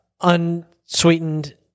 Unsweetened